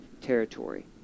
territory